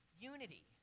Unity